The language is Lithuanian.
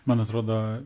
man atrodo